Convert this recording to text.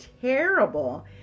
terrible